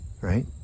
right